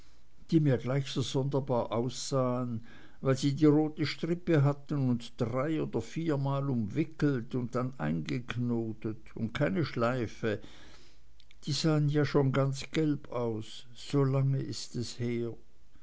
die mir gleich so sonderbar aussahen weil sie die rote strippe hatten und drei oder viermal umwickelt und dann eingeknotet und keine schleife die sahen ja schon ganz gelb aus so lange ist es her